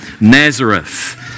Nazareth